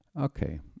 Okay